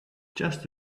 just